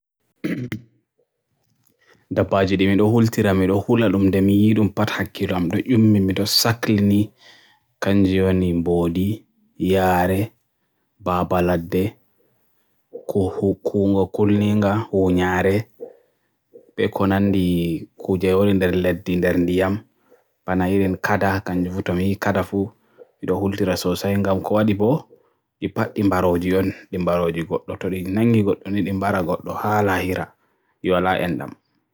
Dabbaaji ɗi tomi laari mi hultirta ni no yimɓe ɓuri ndiyam e ɗum sabu ladde e hobbe ɓe jogi. Nyaari ɓe jogii lesɗe ko ɓe waɗi, e kadi ɓe waawi nanndude ndiyam ndokkere. Leo ɓe rewɓe waɗi ballal e ndiyanɗe, sabu mo jogii laawol moftorde e hoore, tee ɓe waawi jeyde rewɓe e ñaamude. Korkojam ɓe rewɓe waɗi ballal sabu ɓe jogi ɗum lesɗe, ɓe waawi miijude rewɓe e ndiyam. Arɗo ɓe, tuma ɗe ɓe woɗi ladde, ɓe waawi heɓde ndiyam e jamfa goɗɗo. Scorpion ɓe ɓuri ndiyam sabu ɓe jogi hoore mayde e eɓɓugol rewɓe. Hiena ɓe ɓuri ndiyam tuma ɓe ndiyam e leesdi, tee ɓe waawi fowli rewɓe e saɗi, e doo e hokkude nganyi mo yeeyii. Rewɓe ɗiɗi no ɓe ndiyam sabu fowru, ladde, ndiyam, walla moƴƴi mo waawan jawdi rewɓe.